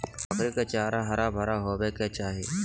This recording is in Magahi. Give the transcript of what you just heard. बकरी के चारा हरा भरा होबय के चाही